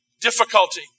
difficulty